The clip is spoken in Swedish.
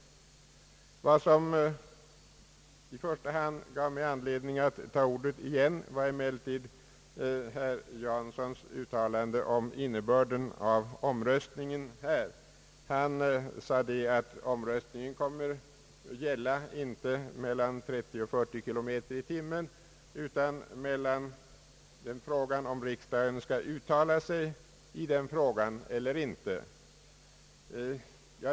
Vad som i första hand gav mig anledning begära ordet igen var emellertid herr Janssons uttalande om innebörden av omröstningen här. Han sade att omröstningen kommer att gälla inte 30 eller 40 kilometer i timmen, utan om riksdagen skall uttala sig i denna fråga eller inte.